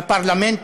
בפרלמנט,